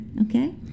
okay